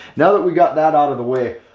now that we got that out of the way,